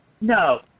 No